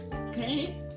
okay